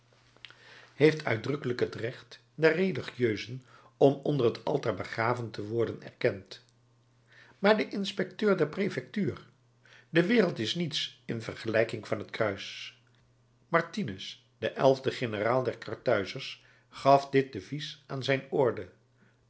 heeft uitdrukkelijk het recht der religieusen om onder het altaar begraven te worden erkend maar de inspecteur der prefectuur de wereld is niets in vergelijking van het kruis martinus de elfde generaal der karthuizers gaf dit devies aan zijn orde